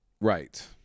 Right